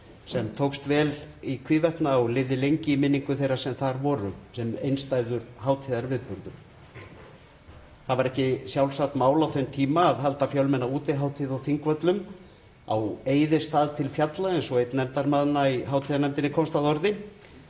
sem tókst vel í hvívetna og lifði lengi í minningu þeirra sem þar voru sem einstæður hátíðarviðburður. Það var ekki sjálfsagt mál á þeim tíma að halda fjölmenna útihátíð á Þingvöllum „á eyðistað til fjalla“, eins og einn nefndarmanna í hátíðarnefndinni komst að